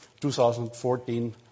2014